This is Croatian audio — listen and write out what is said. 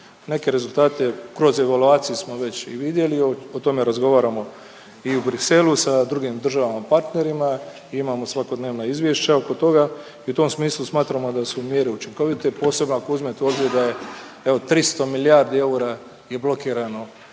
neke rezultate kroz evaluaciju smo već i vidjeli, o tome razgovaramo i u Briselu sa drugim državama partnerima i imamo svakodnevna izvješća oko toga i u tom smislu smatramo da su mjere učinkovite, posebno ako uzete u obzir da je, evo 300 milijardi eura je blokirano